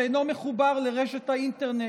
שאינו מחובר לרשת האינטרנט,